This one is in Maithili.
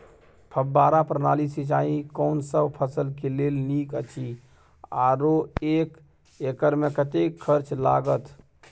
फब्बारा प्रणाली सिंचाई कोनसब फसल के लेल नीक अछि आरो एक एकर मे कतेक खर्च लागत?